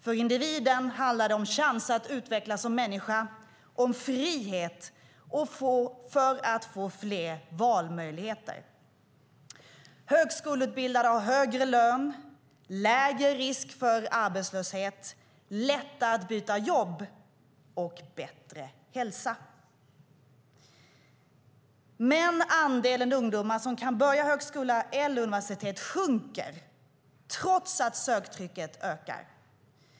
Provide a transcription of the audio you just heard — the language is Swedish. För individen handlar det om en chans att utvecklas som människa, om frihet och om att få fler valmöjligheter. Högskoleutbildade har högre lön, lägre risk för arbetslöshet, lättare att byta jobb och bättre hälsa. Men andelen ungdomar som kan börja högskola eller universitet minskar trots att söktrycket ökar.